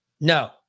No